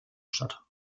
statt